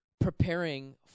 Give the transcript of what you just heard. preparing